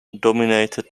dominated